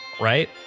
right